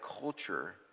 culture